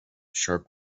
sharp